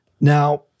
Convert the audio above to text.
Now